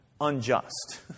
unjust